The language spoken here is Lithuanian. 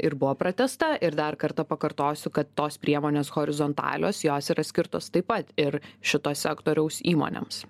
ir buvo pratęsta ir dar kartą pakartosiu kad tos priemonės horizontalios jos yra skirtos taip pat ir šito sektoriaus įmonėms